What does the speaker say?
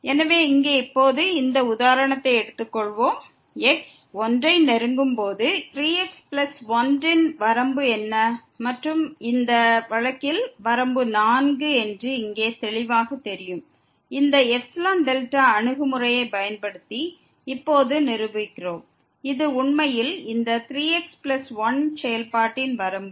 எனவே இங்கே இப்போது இந்த உதாரணத்தை எடுத்துக்கொள்வோம் x 1 ஐ நெருங்கும் போது இந்த 3x1 ன் வரம்பு என்ன மற்றும் இந்த வழக்கில் வரம்பு 4 என்று இங்கே தெளிவாக தெரியும் இந்த εδ அணுகுமுறையைப் பயன்படுத்தி இப்போது நிரூபிக்கிறோம் இது உண்மையில் இந்த 3x1 செயல்பாட்டின் வரம்பு